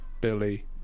Billy